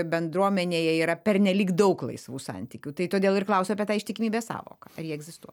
bendruomenėje yra pernelyg daug laisvų santykių tai todėl ir klausiu apie tą ištikimybės sąvoką ar ji egzistuoja